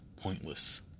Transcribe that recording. pointless